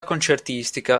concertistica